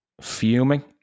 fuming